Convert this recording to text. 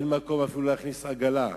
אין מקום להכניס אפילו עגלה.